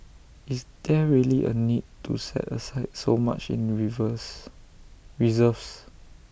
is there really A need to set aside so much in reserves